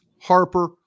harper